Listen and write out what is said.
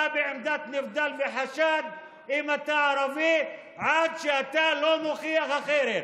אתה בעמדת נבדל וחשוד אם אתה ערבי עד שאתה מוכיח אחרת.